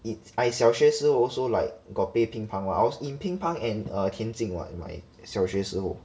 it's I 小学时候 also like got play 乒乓 [one] I was in 乒乓 and err 田径 [what] in my 小学时候